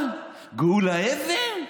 אבל גאולה אבן,